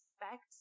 expect